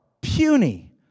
puny